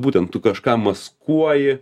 būtent tu kažką maskuoji